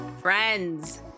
Friends